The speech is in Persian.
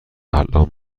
الآن